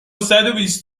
صدوبیست